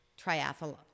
triathlon